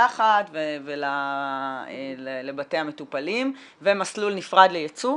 המרקחת ולבתי המטופלים ומסלול נפרד לייצוא?